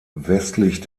westlich